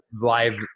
live